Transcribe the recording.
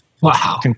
Wow